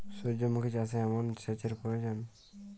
সূর্যমুখি চাষে কেমন সেচের প্রয়োজন?